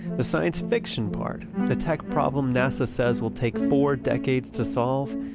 the science-fiction part, the tech problem nasa says will take four decades to solve,